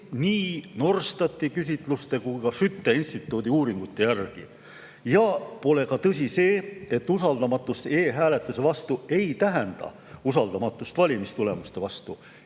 nii Norstati küsitluste kui ka Skytte instituudi uuringute järgi. Pole tõsi ka see, nagu usaldamatus e‑hääletuse vastu ei tähendaks usaldamatust valimistulemuste vastu.